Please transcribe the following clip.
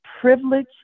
privilege